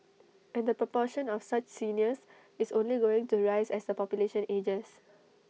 and the proportion of such seniors is only going to rise as the population ages